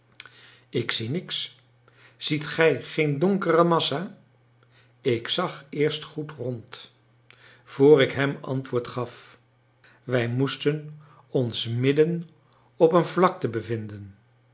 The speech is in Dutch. ik zie niets ziet gij geen donkere massa ik zag eerst goed rond vr ik hem antwoord gaf wij moesten ons midden op een vlakte bevinden